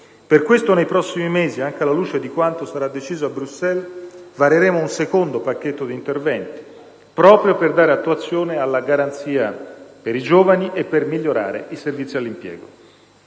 Per questo, nei prossimi mesi, anche alla luce di quanto sarà deciso a Bruxelles, vareremo un secondo pacchetto di interventi, proprio per dare attuazione alla garanzia per i giovani e per migliorare i servizi all'impiego.